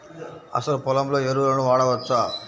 అసలు పొలంలో ఎరువులను వాడవచ్చా?